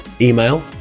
Email